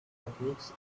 techniques